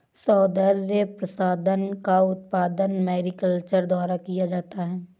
सौन्दर्य प्रसाधन का उत्पादन मैरीकल्चर द्वारा किया जाता है